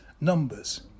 Numbers